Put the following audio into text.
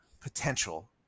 potential